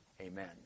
Amen